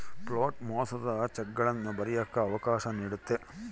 float ಮೋಸದ ಚೆಕ್ಗಳನ್ನ ಬರಿಯಕ್ಕ ಅವಕಾಶ ನೀಡುತ್ತೆ